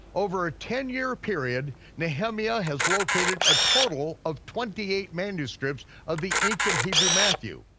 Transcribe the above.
over a ten year period, nehemia has located a total of twenty eight manuscripts of the ancient hebrew matthew.